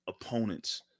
opponents